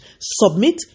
Submit